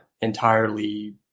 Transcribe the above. entirely